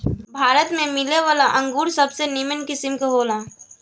भारत में मिलेवाला अंगूर सबसे निमन किस्म के होला